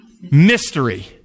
mystery